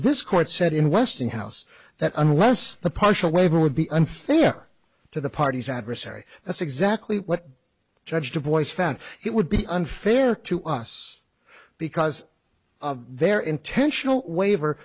this court said in westinghouse that unless the partial waiver would be unfair to the parties adversary that's exactly what judge boys found it would be unfair to us because of their intentional waiver